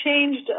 changed